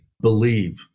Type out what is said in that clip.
Believe